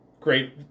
Great